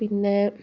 പിന്നെ